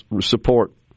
support